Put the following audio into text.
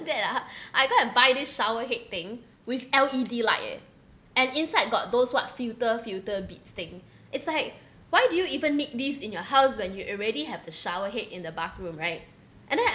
that ah I go and buy this shower head thing with L_E_D light eh and inside got those what filter filter beads thing it's like why do you even need this in your house when you already have the shower head in the bathroom right and then